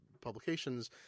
publications